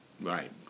Right